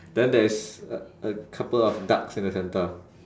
then there is a a couple of ducks in the centre